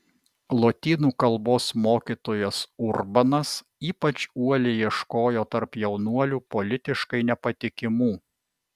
lotynų kalbos mokytojas urbanas ypač uoliai ieškojo tarp jaunuolių politiškai nepatikimų